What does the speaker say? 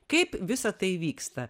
kaip visa tai vyksta